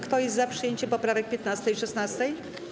Kto jest za przyjęciem poprawek 15. i 16.